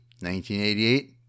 1988